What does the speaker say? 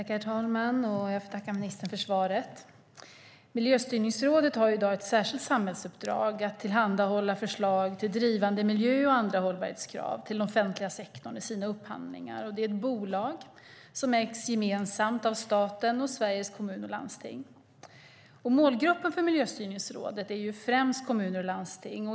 Herr talman! Jag tackar ministern för svaret. Miljöstyrningsrådet har i dag ett särskilt samhällsuppdrag att tillhandahålla förslag till drivande av miljökrav och andra hållbarhetskrav för den offentliga sektorn vid dess upphandlingar. Miljöstyrningsrådet är ett bolag som ägs gemensamt av staten och Sveriges Kommuner och Landsting. Målgruppen för rådet är främst kommuner och landsting.